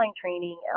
training